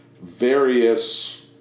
various